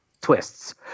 twists